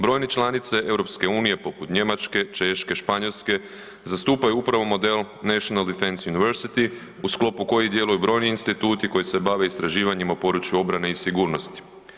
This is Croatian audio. Brojne članice EU poput Njemačke, Češke, Španjolske zastupaju upravo model National Defense University u sklopu kojih djeluju brojni instituti koji se bave istraživanjima u području obrane i sigurnosti.